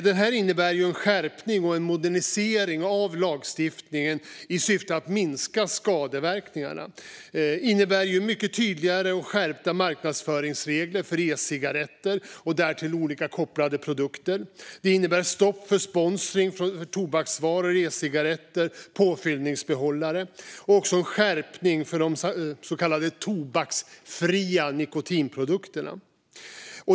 Den innebär en skärpning och modernisering av lagstiftningen i syfte att minska skadeverkningarna. Den innebär mycket tydligare och skärpta marknadsföringsregler för e-cigaretter och därtill kopplade olika produkter. Den innebär stopp för sponsring av tobaksvaror och e-cigarretter, påfyllningsbehållare och också en skärpning för de så kallade tobaksfria nikotinprodukterna.